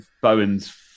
Bowen's